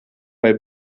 bei